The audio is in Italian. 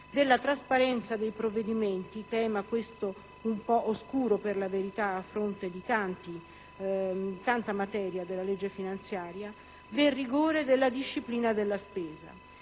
della trasparenza dei provvedimenti (tema, questo, un po' oscuro per la verità, a fronte di tanta materia della legge finanziaria), del rigore e della disciplina della spesa.